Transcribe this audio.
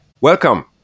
Welcome